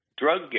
drug